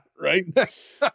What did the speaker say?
right